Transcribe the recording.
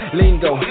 lingo